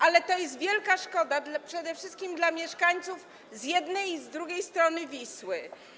Ale to jest wielka szkoda przede wszystkim dla mieszkańców z jednej i z drugiej strony Wisły.